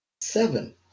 Seven